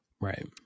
Right